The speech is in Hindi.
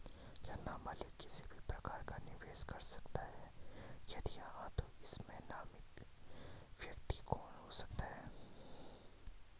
क्या नबालिग किसी भी प्रकार का निवेश कर सकते हैं यदि हाँ तो इसमें नामित व्यक्ति कौन हो सकता हैं?